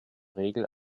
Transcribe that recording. regel